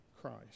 Christ